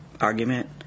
argument